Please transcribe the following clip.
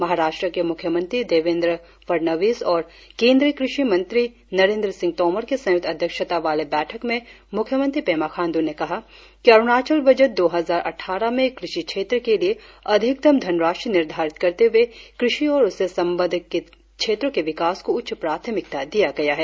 महाराष्ट्र के मुख्यमंत्री देवेंद्र फडणवीस और केंद्रीय कृषि मंत्री नरेंद्र सिंह तोमर के संयुक्त अध्यक्षता वाले बैठक में मुख्यमंत्री पेमा खांडू ने कहा कि अरुणाचल बजट दो हजार अटठारह में कृषि क्षेत्र के लिए अधिकतम धनराशि निर्धारित करते हुए कृषि और उससे संबंध क्षेत्रों के विकास को उच्च प्राथमिकता दिया गया है